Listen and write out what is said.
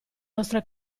nostre